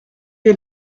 est